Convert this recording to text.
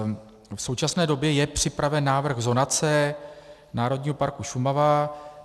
V současné době je připraven návrh zonace Národního parku Šumava.